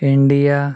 India